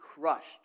crushed